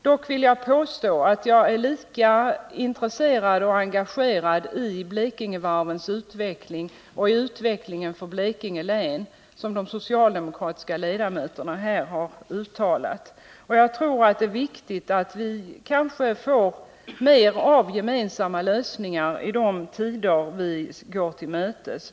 Dock vill jag påstå att jag är lika intresserad och engagerad i Blekingevarvens utveckling och i utvecklingen för Blekinge län som de socialdemokratiska ledamöterna har uttalat att de är. Jag tror att det är viktigt att vi får mer av gemensamma lösningar i de tider vi går till mötes.